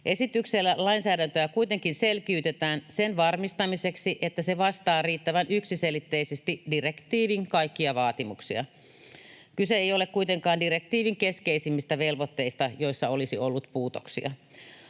Esityksellä lainsäädäntöä kuitenkin selkiytetään sen varmistamiseksi, että se vastaa riittävän yksiselitteisesti direktiivin kaikkia vaatimuksia. Kyse ei ole kuitenkaan direktiivin keskeisimmistä velvoitteista, joissa olisi ollut puutoksia.